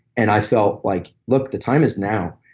and i felt like look, the time is now.